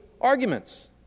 arguments